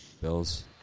Bills